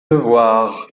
devoirs